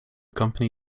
company